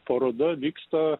paroda vyksta